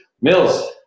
Mills